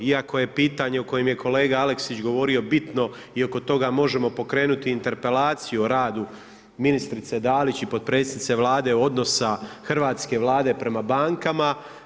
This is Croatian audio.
Iako je pitanje o kojem je kolega Aleksić govorio bitno i oko toga možemo pokrenuti interpelaciju o radu ministrice Dalić i potpredsjednice Vlade odnosa hrvatske Vlade prema bankama.